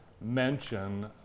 mention